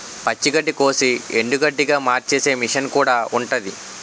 పచ్చి గడ్డికోసి ఎండుగడ్డిగా మార్చేసే మిసన్ కూడా ఉంటాది